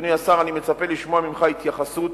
אדוני השר, אני מצפה לשמוע ממך התייחסות